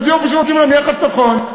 איזה יופי שנותנים להם יחס נכון?